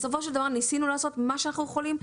בסופו של דבר ניסינו לעשות מה שאנחנו יכולים.